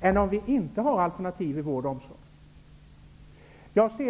än om vi inte har det?